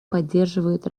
поддерживают